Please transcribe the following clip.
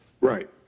Right